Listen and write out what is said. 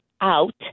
out